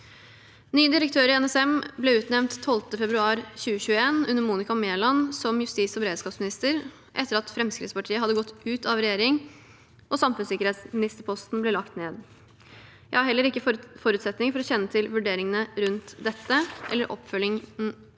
Ny direktør i NSM ble utnevnt 12. februar 2021 under Monica Mæland som justis- og beredskapsminister, etter at Fremskrittspartiet hadde gått ut av regjering og samfunnssikkerhetsministerpos ten ble lagt ned. Jeg har heller ikke forutsetninger for å kjenne til vurderingene rundt dette eller oppfølgingen